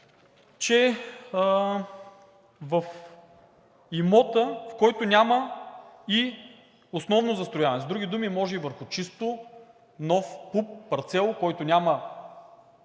че в имота, в който няма и основно застрояване. С други думи, може и върху чисто нов ПУП – парцел, който няма